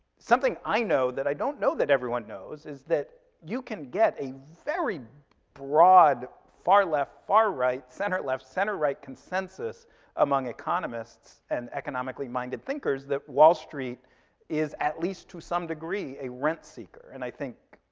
something i know that i don't know that everyone knows, is that you can get a very broad far left, far right, center left, center right consensus among economists and economically minded minded thinkers that wall street is at least, to some degree, a rent-seeker. and i think,